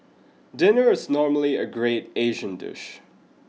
dinner is normally a great Asian dish